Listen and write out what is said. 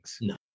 No